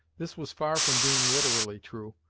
this was far from being literally true,